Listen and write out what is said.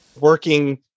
working